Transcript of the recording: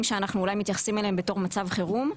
שאולי אנחנו מתייחסים אליהם בתור מצב חירום,